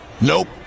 Nope